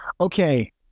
Okay